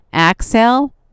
exhale